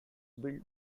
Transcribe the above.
built